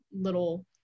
little